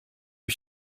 ich